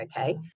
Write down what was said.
okay